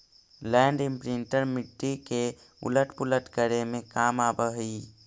land imprinter मिट्टी के उलट पुलट करे में काम आवऽ हई